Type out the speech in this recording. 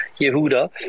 Yehuda